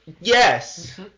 Yes